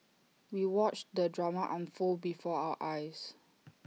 we watched the drama unfold before our eyes